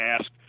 ask